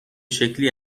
شکلی